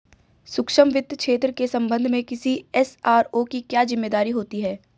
सूक्ष्म वित्त क्षेत्र के संबंध में किसी एस.आर.ओ की क्या जिम्मेदारी होती है?